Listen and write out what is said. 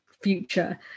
future